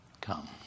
come